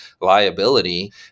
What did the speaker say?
liability